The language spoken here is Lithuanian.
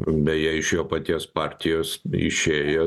beje iš jo paties partijos išėjęs